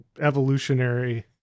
evolutionary